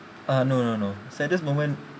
uh no no no saddest moment